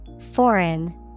Foreign